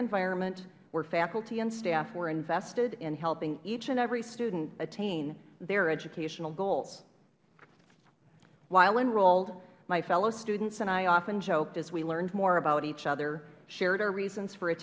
environment where faculty and staff were invested in helping each and every student attain their educational goals while enrolled my fellow students and i often joked as we learned more about each other shared our reasons